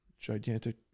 gigantic